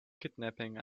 kidnapping